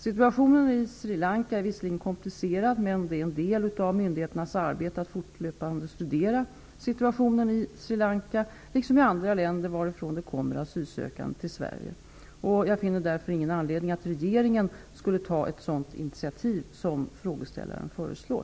Situationen i Sri Lanka är visserligen komplicerad, men det är en del av myndigheternas arbete att fortlöpande studera situationen i Sri Lanka liksom i andra länder varifrån det kommer asylsökande till Sverige. Jag finner därför ingen anledning att regeringen skulle ta ett sådant initiativ som frågeställaren föreslår.